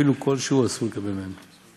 אפילו כלשהו אסור לקבל ממנו".